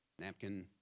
napkin